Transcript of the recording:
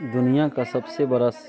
दुनिआँ का सभसँ बड़ा